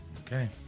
Okay